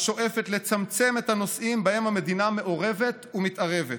השואפת לצמצם את הנושאים שבהם המדינה מעורבת ומתערבת